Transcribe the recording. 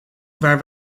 waar